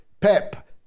PEP